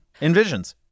envisions